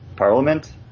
parliament